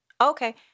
okay